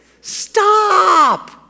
Stop